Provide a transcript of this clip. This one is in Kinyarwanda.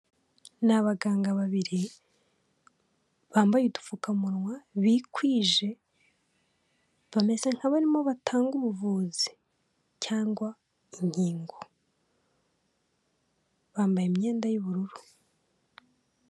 Ni abaganga babiri bambaye udupfukamunwa bikwije, bameze nk'abarimo batanga ubuvuzi cyangwa inkingo, bambaye imyenda y'ubururu.